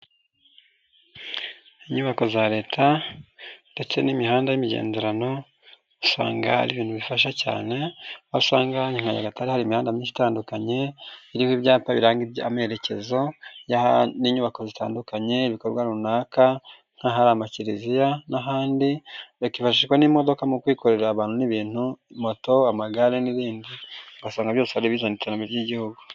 Inyubako za Leta ndetse n'imihanda y'imigenderano, usanga ari ibintu bifasha cyane, aho usanga nka Nyagatare hari imihanda myinshi itandukanye, irimo ibyapa biranga amerekezo n'inyubako zitandukanye, ibikorwa runaka nk'ahari amakiriziya n'ahandi, bikifashishwa n'imodoka mu kwikorera abantu n'ibintu, moto, amagare n'ibindi, ugasanga byose ari ibizana iterambere ry'igihugu.